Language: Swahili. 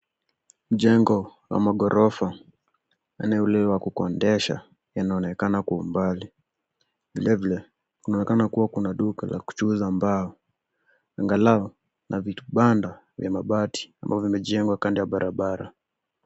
Jengo la maghorofa aina ya ule wa kukodisha yanaonekana kwa umbali. Vile vile kunaonekana kuwa na duka la kuchuuza mbao angalau na vibanda vya mabati ambavyo vimejengwa kando ya barabara.